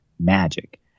magic